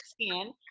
skin